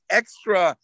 extra